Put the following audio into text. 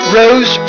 rose